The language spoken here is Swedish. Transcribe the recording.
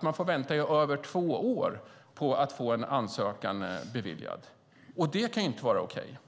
man få vänta i över två år på att få en ansökan beviljad. Det kan inte vara okej.